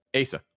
asa